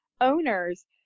owners